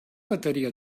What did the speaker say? bateria